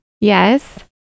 Yes